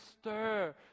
stir